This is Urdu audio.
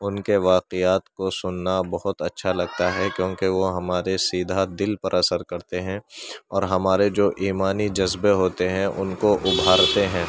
ان كے واقعات كو سننا بہت اچّھا لگتا ہے كیونكہ وہ ہمارے سیدھا دل پر اثر کرتے ہیں اور ہمارے جو ایمانی جذبے ہوتے ہیں ان کو ابھارتے ہیں